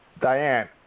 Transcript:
Diane